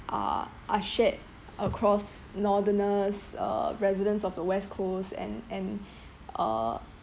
are are shared across northerners uh residents of the west coast and and uh